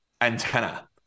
antenna